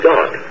God